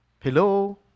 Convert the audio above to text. hello